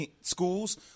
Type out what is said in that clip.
schools